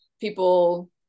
people